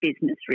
business